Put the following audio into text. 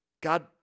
God